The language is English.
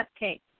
Cupcake